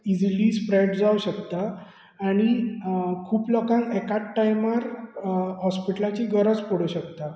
easily spread जावं शकता आनी लोकांक एकाच टायमार हॉस्पिटलाची गरज पडूंक शकता